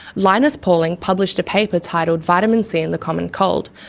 linus pauling published a paper titled vitamin c and the common cold,